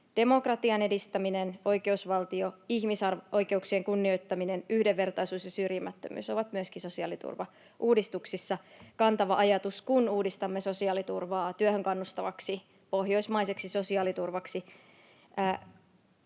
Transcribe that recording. Demokratian edistäminen, oikeusvaltio, ihmisoikeuksien kunnioittaminen, yhdenvertaisuus ja syrjimättömyys ovat myöskin sosiaaliturvauudistuksissa kantava ajatus, kun uudistamme sosiaaliturvaa työhön kannustavaksi pohjoismaiseksi sosiaaliturvaksi.